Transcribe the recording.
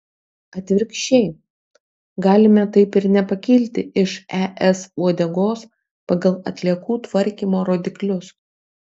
atvirkščiai galime taip ir nepakilti iš es uodegos pagal atliekų tvarkymo rodiklius